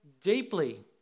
deeply